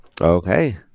Okay